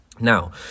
Now